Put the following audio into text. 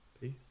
Peace